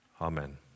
Amen